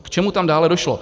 K čemu tam dále došlo?